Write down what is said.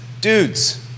dudes